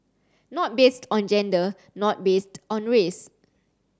not based on gender not based on race